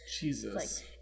Jesus